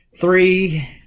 Three